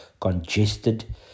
congested